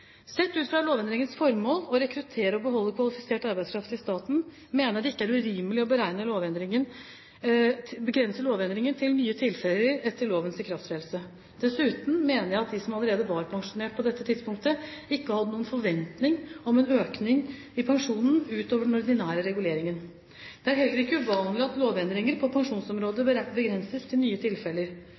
Sett ut fra lovendringens formål – å rekruttere og beholde kvalifisert arbeidskraft i staten – mener jeg det ikke er urimelig å begrense lovendringen til nye tilfeller etter lovens ikrafttredelse. Dessuten mener jeg at de som allerede var pensjonert på dette tidspunktet, ikke hadde noen forventning om en økning i pensjonen utover den ordinære reguleringen. Det er heller ikke uvanlig at lovendringer på pensjonsområdet begrenses til nye tilfeller.